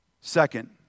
Second